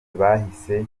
bahise